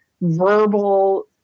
verbal